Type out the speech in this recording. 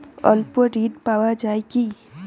স্বল্প ঋণ পাওয়া য়ায় কি?